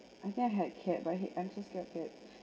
I think I had cat but I hate I'm so scared of cat